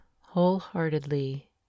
wholeheartedly